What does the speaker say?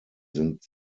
sind